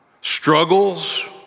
Struggles